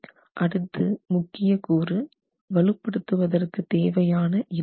அடுத்த முக்கிய கூறு வலுப்படுத்துவதற்கு தேவையான இடையீடு